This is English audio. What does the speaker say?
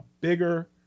bigger